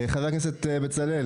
חבר הכנסת בצלאל.